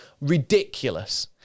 Ridiculous